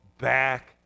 back